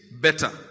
better